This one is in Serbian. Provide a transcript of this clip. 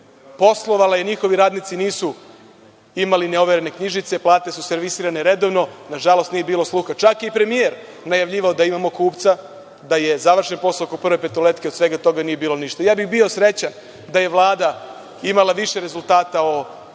godine. Njihovi radnici nisu imali neoverene knjižice, plate su servisirane redovno. Nažalost nije bilo sluha. Čak je i premijer najavljivao da imamo kupca, da je završen posao oko „Prve petoletke“. Od svega toga nije bilo ništa. Bio bih srećan da je Vlada imala više rezultata u